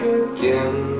again